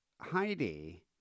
Heidi